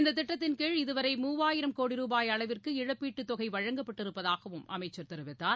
இந்ததிட்டத்தின்கீழ் கோடி இதுவரை மூவாயிரம் ருபாய் அளவிற்கு இழப்பீட்டுதொகைவழங்கப்பட்டிருப்பதாகவும் அமைச்சர் தெரிவித்தார்